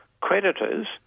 creditors